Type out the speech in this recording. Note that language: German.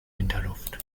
winterluft